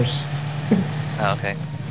Okay